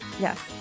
yes